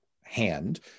hand